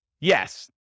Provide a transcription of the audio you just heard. Yes